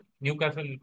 Newcastle